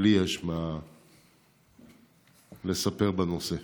שלי יש לספר בנושא.